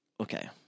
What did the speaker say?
okay